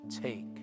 Take